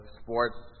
sports